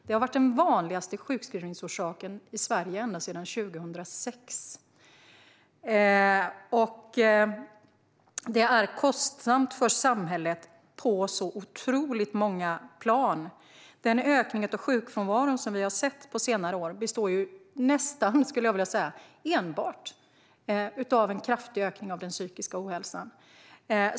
Det har varit den vanligaste sjukskrivningsorsaken i Sverige ända sedan 2006, och det är kostsamt för samhället på otroligt många plan. Den ökning av sjukfrånvaron som vi har sett på senare år består nästan enbart, skulle jag vilja säga, av en kraftig ökning av den psykiska ohälsan.